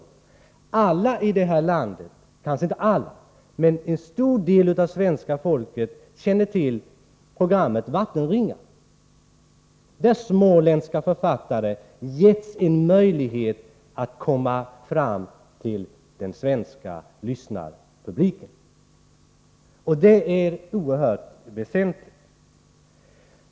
Så gott som alla i detta land — ja, kanske inte alla men en stor del av svenska folket — känner till programmet Vattenringar, där småländska författare getts en möjlighet att komma fram till den svenska lyssnarpubliken, vilket är oerhört väsentligt.